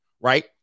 Right